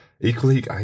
equally